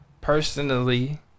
personally